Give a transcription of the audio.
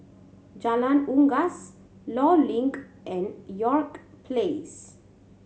Jalan Unggas Law Link and York Place